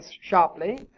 sharply